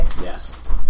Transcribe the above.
Yes